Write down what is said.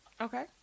okay